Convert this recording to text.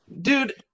Dude